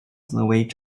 子为